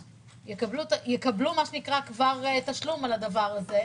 יקבלו כבר תשלום על הדבר הזה.